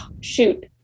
shoot